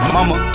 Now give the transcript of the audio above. Mama